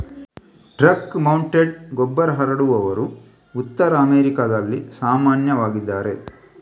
truck mounted ಗೊಬ್ಬರ ಹರಡುವವರು ಉತ್ತರ ಅಮೆರಿಕಾದಲ್ಲಿ ಸಾಮಾನ್ಯವಾಗಿದ್ದಾರೆ